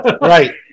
Right